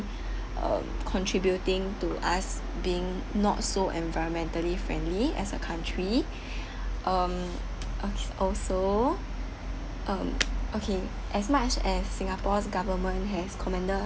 um contributing to us being not so environmentally friendly as a country um ok~ also um okay as much as singapore government has